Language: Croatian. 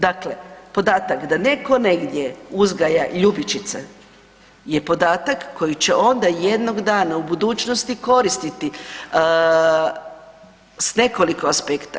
Dakle, podatak da netko negdje uzgaja ljubičice je podatak koji će onda jednog dana u budućnosti koristiti s nekoliko aspekta.